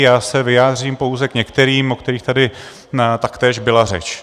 Já se vyjádřím pouze k některým, o kterých tady taktéž byla řeč.